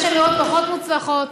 יש אמירות פחות מוצלחות.